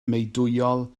meudwyol